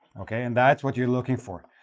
okay, and that's what you're looking for.